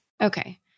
Okay